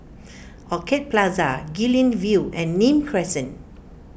Orchid Plaza Guilin View and Nim Crescent